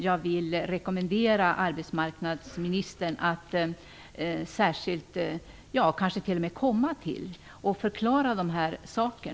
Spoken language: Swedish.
Jag vill rekommendera arbetsmarknadsministern att kanske t.o.m. komma dit och förklara dessa saker.